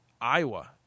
Iowa